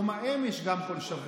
גם יום האם יש כל שבוע.